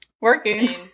working